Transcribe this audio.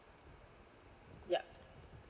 ya